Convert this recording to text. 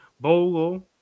Bolo